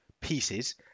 pieces